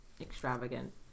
Extravagant